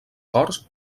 corts